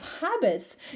habits